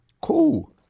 cool